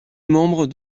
membre